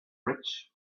rich